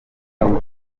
abdul